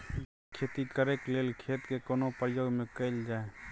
जैविक खेती करेक लैल खेत के केना प्रयोग में कैल जाय?